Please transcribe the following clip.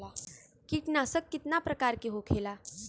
कीटनाशक कितना प्रकार के होखेला?